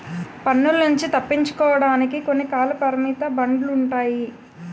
పన్నుల నుంచి తప్పించుకోవడానికి కొన్ని కాలపరిమిత బాండ్లు ఉంటాయి